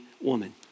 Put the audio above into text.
woman